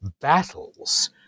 battles